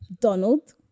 Donald